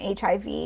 HIV